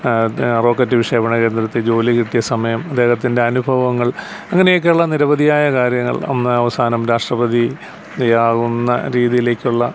rocket വിക്ഷേപണ കേന്ദ്രത്തിൽ ജോലി കിട്ടിയ സമയം അദ്ദേഹത്തിൻ്റെ അനുഭവങ്ങൾ അങ്ങനെയൊക്കെയുള്ള നിരവധിയായ കാര്യങ്ങൾ അന്ന് അവസാനം രാഷ്ട്രപതിയാകുന്ന രീതിയിലേക്കുള്ള